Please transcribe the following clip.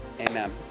amen